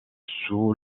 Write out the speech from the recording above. sous